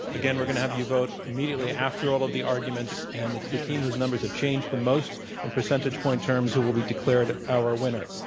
again, we're going to have you vote immediately after all of the arguments. and it's the team whose numbers have changed the most in percentage point terms who will be declared our winner.